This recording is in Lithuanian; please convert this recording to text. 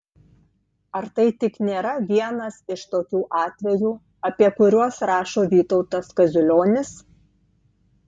ar tai tik nėra vienas iš tokių atvejų apie kuriuos rašo vytautas kaziulionis